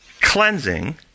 cleansing